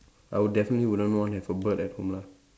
I would definitely wouldn't want have a bird at home lah